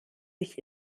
sich